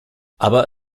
aber